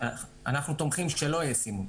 אנחנו תומכים שלא יהיה סימון.